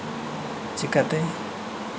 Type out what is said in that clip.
ᱪᱤᱠᱟᱹᱛᱮ